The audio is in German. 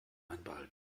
einbehalten